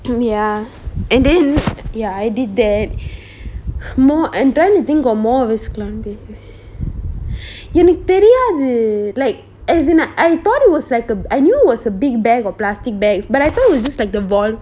mm ya and then ya I did that more and then I think more of his எனக்கு தெரியாது:enakku theriyathu like as in like I thought it was like a I know it was a big bag of plastic bags but I thought it was just like the ball